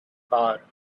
power